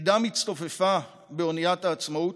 עדה מצטופפה באונייה עצמאות,